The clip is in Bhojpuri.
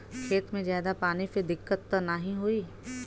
खेत में ज्यादा पानी से दिक्कत त नाही होई?